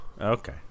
Okay